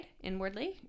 inwardly